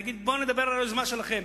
להגיד: בואו נדבר על היוזמה שלכם,